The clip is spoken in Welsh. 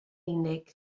unig